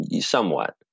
somewhat